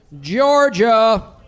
Georgia